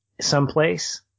someplace